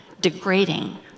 degrading